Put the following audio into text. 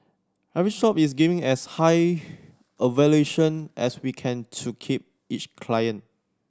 every shop is giving as high a valuation as we can to keep each client